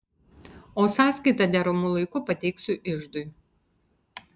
o sąskaitą deramu laiku pateiksiu iždui